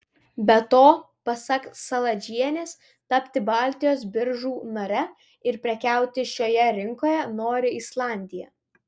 be to pasak saladžienės tapti baltijos biržų nare ir prekiauti šioje rinkoje nori islandija